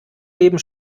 leben